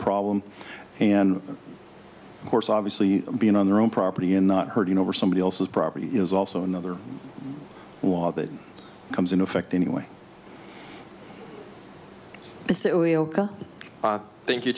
problem and of course obviously being on their own property and not hurting over somebody else's property is also another war that comes in effect anyway thank you